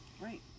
Right